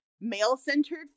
male-centered